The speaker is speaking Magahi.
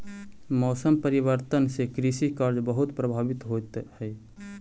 मौसम परिवर्तन से कृषि कार्य बहुत प्रभावित होइत हई